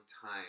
time